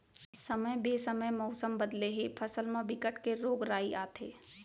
समे बेसमय मउसम बदले ले फसल म बिकट के रोग राई आथे